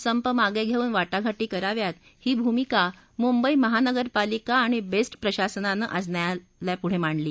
संप मागे घेऊन वाटाघाटी कराव्यात ही भूमिका मुंबई महानगरपालिका आणि बेस्ट प्रशासनानं आज न्यायालयापुढे मांडली